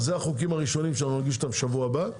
זה החוקים הראשונים שנגיש אותם שבוע הבא.